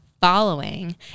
following